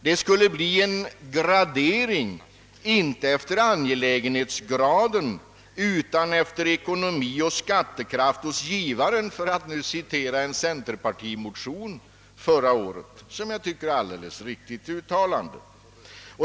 Det skulle, enligt en centerpartimotion förra året, bli en gradering, inte efter angelägenhetsgrad utan efter ekonomi och skattekraft hos givaren, vilket jag tycker är ett alldeles riktigt uttalande.